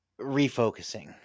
refocusing